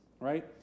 right